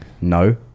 no